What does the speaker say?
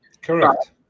Correct